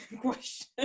question